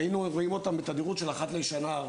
והיינו רואים אותם בתדירות של אחת לשנה,